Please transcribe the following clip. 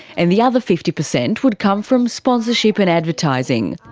and the other fifty percent would come from sponsorship and advertising.